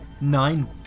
Nine